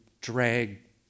drag